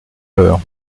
l’heure